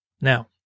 Now